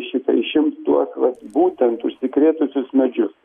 šitą išimt tuos vat būtent užsikrėtusius medžius